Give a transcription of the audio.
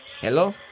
Hello